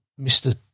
Mr